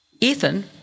Ethan